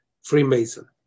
Freemason